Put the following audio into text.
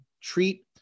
treat